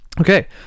Okay